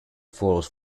falls